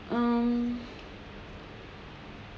mm